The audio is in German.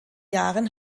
jahren